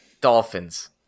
Dolphins